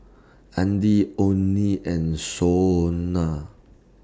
Addie Onnie and Shonna